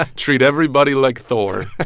ah treat everybody like thor. and